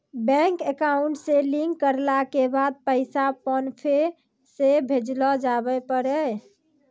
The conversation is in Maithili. बैंक अकाउंट से लिंक करला के बाद पैसा फोनपे से भेजलो जावै पारै